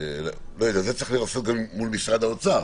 את זה צריך לעשות מול משרד האוצר,